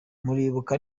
muribuka